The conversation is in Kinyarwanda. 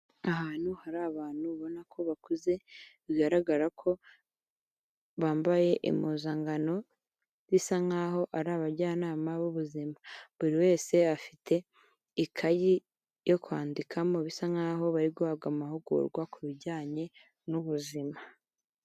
Ahantu hari abantu ubona ko bakuze bigaragara ko bambaye impuzankano bisa nk'aho ari abajyanama b'ubuzima, buri wese afite ikayi yo kwandikamo bisa nk'aho bari guhabwa amahugurwa ku bijyanye n'ubuzima.